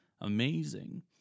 amazing